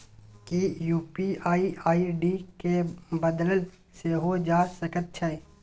कि UPI ID केँ बदलल सेहो जा सकैत छै?